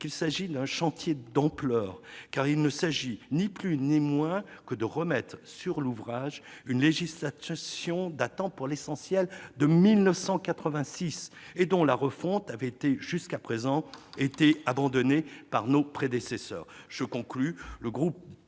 qu'il s'agit d'un chantier d'ampleur, car il s'agit ni plus ni moins que de remettre sur l'ouvrage une législation datant pour l'essentiel de 1986, et dont la refonte avait jusqu'à présent été abandonnée par nos prédécesseurs. Le groupe